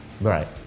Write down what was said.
Right